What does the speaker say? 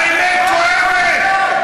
האמת כואבת,